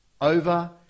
over